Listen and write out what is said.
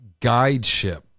guideship